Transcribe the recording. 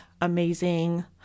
amazing